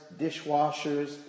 dishwashers